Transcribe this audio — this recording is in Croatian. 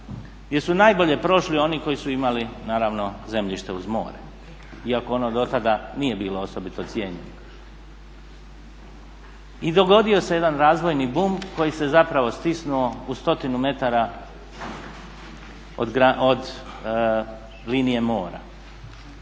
gdje su najbolje prošli oni koji su imali naravno zemljište uz more, iako ono dotada nije bilo osobito cijenjeno. I dogodio se jedan razvojni bum koji se zapravo stisnuo u stotinu metara od linije mora.